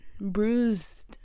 bruised